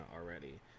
already